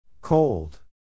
Cold